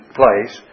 place